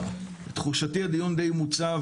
אני ככה אפשר לומר שתחושתי שהדיון די מוצה.